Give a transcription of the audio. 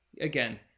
again